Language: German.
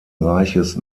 reiches